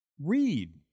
Read